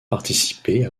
participé